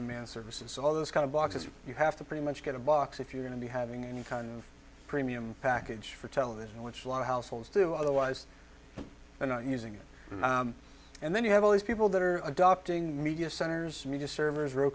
demand services all those kind of boxes you have to pretty much get a box if you're going to be having any kind of premium package for television which a lot of households do otherwise they're not using it and then you have all these people that are adopting media centers me just servers r